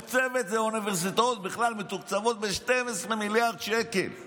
האוניברסיטאות בכלל מתוקצבות ב-12 מיליארד שקלים לשנה,